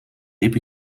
liep